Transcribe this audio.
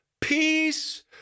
peace